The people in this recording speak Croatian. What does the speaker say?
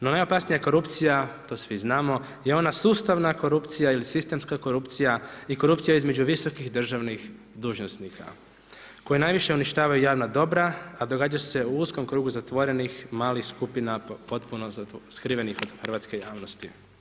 No, najopasnija korupcija, to svi znamo, je ona sustavna korupcija ili sistemska korupcija i korupcija između visokih državnih dužnosti koja najviše uništava javna dobra, a događa se u uskom krugu zatvorenih malih skupina, potpuno skrivenih od hrvatske javnosti.